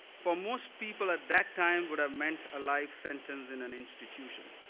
for most people at that time would have meant a life sentence in an institution.